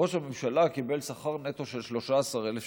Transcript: ראש הממשלה קיבל שכר נטו של 13,000 שקל.